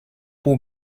pour